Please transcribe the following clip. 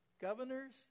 Governors